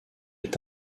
est